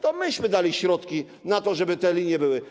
To myśmy dali środki na to, żeby te linie były.